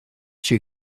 she